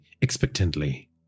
expectantly